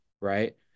right